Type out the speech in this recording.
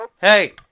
Hey